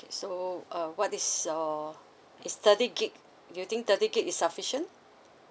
K so uh what is your is thirty gig you think thirty gig is sufficient